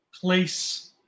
place